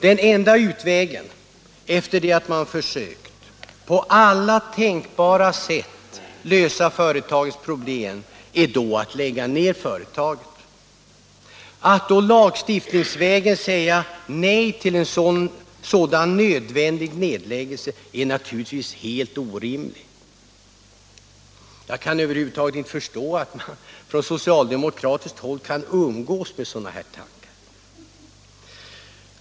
Den enda utvägen — efter det att man på alla tänkbara sätt försökt lösa företagets problem — är då att lägga ned driften. Att då lagstiftningsvägen säga nej till en sådan nödvändig nedläggelse är naturligtvis helt orimligt. Jag kan över huvud taget inte förstå att man på socialdemokratiskt håll kan umgås med sådana här tankar.